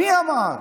מי אמר?